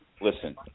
listen